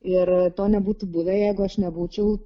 ir to nebūtų buvę jeigu aš nebūčiau